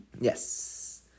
Yes